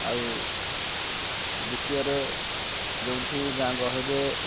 ଆଉ ଦ୍ୱିତୀୟରେ ଯେଉଁଠି ଗାଁ ଗହଳିରେ